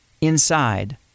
inside